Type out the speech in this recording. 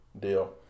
deal